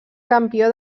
campió